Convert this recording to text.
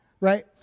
right